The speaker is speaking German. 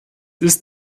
ist